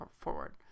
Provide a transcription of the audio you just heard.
forward